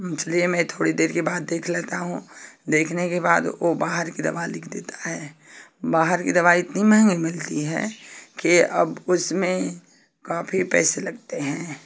इसलिए मैं तो थोड़ी देर के बाद देख लेता हूँ देखने के बाद वो बाहर की दवा लिख देता है बाहर की दवाई इतनी महँगी मिलती है के अब उसमें काफी पैसे लगते हैं